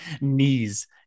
knees